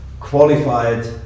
qualified